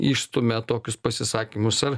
išstumia tokius pasisakymus ar